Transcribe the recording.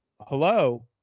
hello